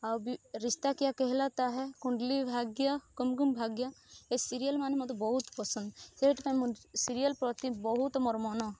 ଆଉ ବି ରିସ୍ତା କ୍ୟା କେହଲାତା ହେ କୁଣ୍ଡଲି ଭାଗ୍ୟ କୁମକୁମ ଭାଗ୍ୟ ଏ ସିରିଏଲ ମାନେ ମତେ ବହୁତ ପସନ୍ଦ ସେଇଥିପାଇଁ ମୁଁ ସିରିଏଲ ପ୍ରତି ବହୁତ ମୋର ମନ